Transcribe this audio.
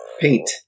Paint